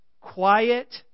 quiet